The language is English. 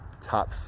top